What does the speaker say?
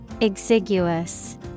Exiguous